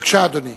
בבקשה, אדוני.